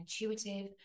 intuitive